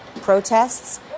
protests